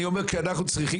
אני אומר כי אנחנו צריכים,